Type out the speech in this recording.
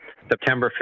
September